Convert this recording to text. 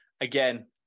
again